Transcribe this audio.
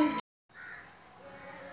ಯಾವ ಟ್ರ್ಯಾಕ್ಟರಗೆ